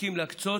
הסכים להקצות